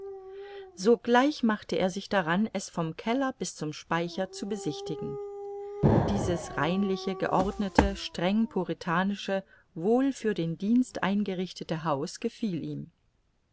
sogleich machte er sich daran es vom keller bis zum speicher zu besichtigen dieses reinliche geordnete streng puritanische wohl für den dienst eingerichtete haus gefiel ihm